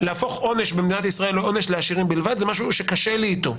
להפוך עונש במדינת ישראל לעונש לעשירים בלבד זה משהו שקשה לי איתו.